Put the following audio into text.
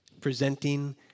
presenting